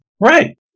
Right